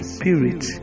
Spirit